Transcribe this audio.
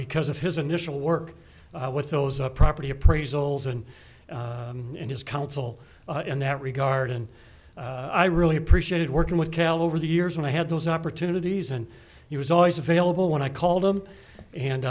because of his initial work with those up property appraisals and in his counsel in that regard and i really appreciated working with cal over the years when i had those opportunities and he was always available when i called him and